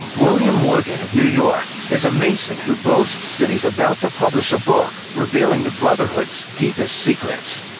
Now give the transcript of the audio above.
william morgan of new york is a mason who boasts that he's about to publish a book revealing the brotherhood's deepest secrets.